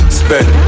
spend